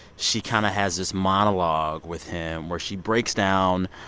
she kind of has this monologue with him where she breaks down